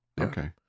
Okay